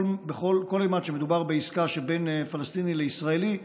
כל אימת שמדובר בעסקה שבין פלסטיני לישראלי,